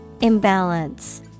Imbalance